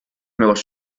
meues